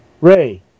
Ray